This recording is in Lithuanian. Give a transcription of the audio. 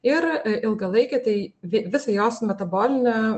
ir ilgalaikė tai vi visą jos metabolinę